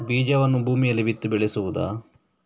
ಬೀಜವನ್ನು ಭೂಮಿಯಲ್ಲಿ ಬಿತ್ತಿ ಬೆಳೆಸುವುದಾ?